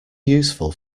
useful